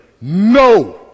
no